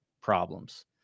problems